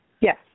Yes